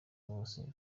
bose